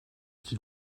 qu’il